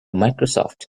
microsoft